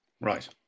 Right